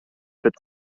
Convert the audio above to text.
wird